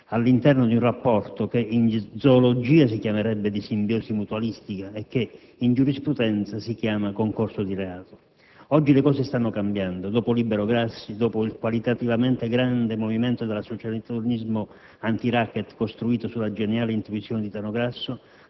all'interno di un rapporto che in zoologia si chiamerebbe di simbiosi mutualistica e che in giurisprudenza si chiama concorso di reato. Oggi le cose stanno cambiando. Dopo Libero Grassi e dopo il qualitativamente grande movimento dell'associazionismo antiracket costruito sulla geniale intuizione di Tano Grasso,